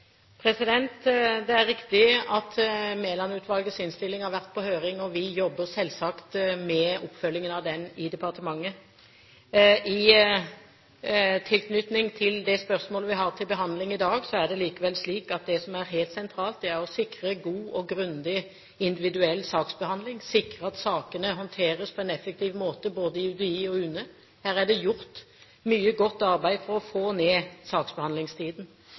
Det er riktig at Mæland-utvalgets innstilling har vært på høring, og vi jobber selvsagt med oppfølgingen av den i departementet. I tilknytning til det spørsmålet vi har til behandling i dag, er det likevel slik at det som er helt sentralt, er å sikre god og grundig individuell saksbehandling, sikre at sakene håndteres på en effektiv måte både i UDI og UNE. Her er det gjort mye godt arbeid for å få ned saksbehandlingstiden.